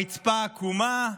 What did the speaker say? הרצפה עקומה.